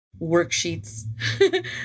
worksheets